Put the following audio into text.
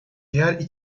diğer